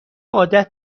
عادت